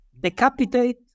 decapitate